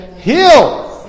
Heal